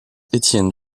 étienne